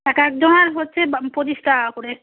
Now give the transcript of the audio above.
এক এক জনের হচ্ছে পঁচিশ টাকা করে